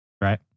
Right